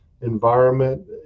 environment